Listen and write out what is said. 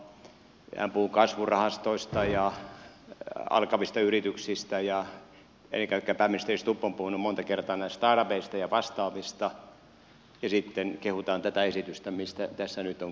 hän puhui kasvurahastoista ja alkavista yrityksistä ja ennen kaikkea pääministeri stubb on puhunut monta kertaa näistä startupeista ja vastaavista ja sitten kehutaan tätä esitystä mistä tässä nyt on kysymys